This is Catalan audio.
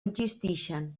existixen